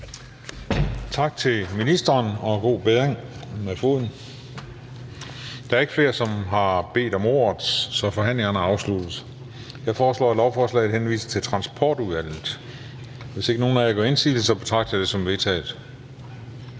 Tak til ministeren – og god bedring med foden. Der er ikke flere, som har bedt om ordet, så forhandlingen er afsluttet. Jeg foreslår, at lovforslaget henvises til Transportudvalget. Hvis ikke nogen af jer gør indsigelse, betragter jeg det som vedtaget.